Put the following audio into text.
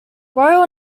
royal